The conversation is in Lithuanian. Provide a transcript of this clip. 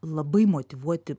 labai motyvuoti